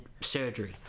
surgery